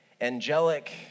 angelic